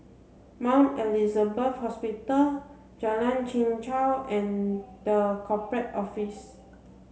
Mount Elizabeth Hospital Jalan Chichau and the Corporate Office